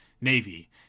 Navy